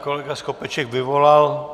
Kolega Skopeček vyvolat